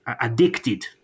addicted